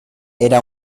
era